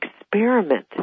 experiment